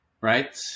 right